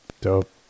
Dope